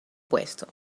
puesto